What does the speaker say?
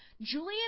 Julian